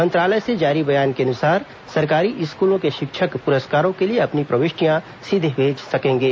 मंत्रालय से जारी बयान के अनुसार सरकारी स्कूलों के शिक्षक पुरस्कारों के लिए अपनी प्रविष्टियां सीधे भेज सकेंगे